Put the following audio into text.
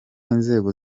inzego